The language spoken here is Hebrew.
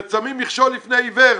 זאת אומרת, שמים מכשול בפני עיוור,